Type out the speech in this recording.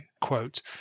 quote